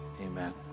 Amen